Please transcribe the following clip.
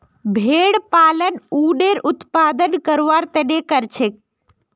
भेड़ पालन उनेर उत्पादन करवार तने करछेक